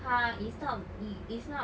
!huh! it's not it it's not